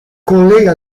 collega